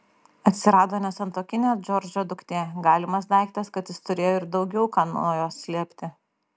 atsirado nesantuokinė džordžo duktė galimas daiktas kad jis turėjo ir daugiau ką nuo jos slėpti